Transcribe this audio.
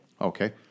Okay